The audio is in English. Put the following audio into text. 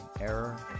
error